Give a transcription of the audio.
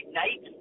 night